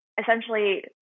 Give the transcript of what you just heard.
essentially